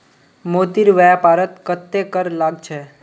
मोतीर व्यापारत कत्ते कर लाग छ